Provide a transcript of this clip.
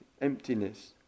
emptiness